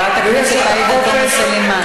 חברת הכנסת עאידה תומא סלימאן,